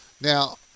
Now